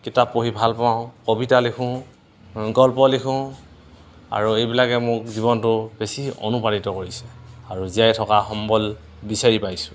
কিতাপ পঢ়ি ভাল পাওঁ কবিতা লিখোঁ গল্প লিখোঁ আৰু এইবিলাকে মোক জীৱনটো বেছি অনুপ্ৰাণিত কৰিছে আৰু জীয়াই থকাৰ সম্বল বিচাৰি পাইছোঁ